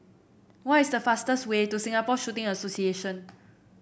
what is the fastest way to Singapore Shooting Association